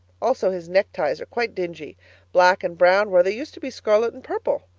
also his neckties are quite dingy black and brown, where they used to be scarlet and purple.